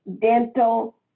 dental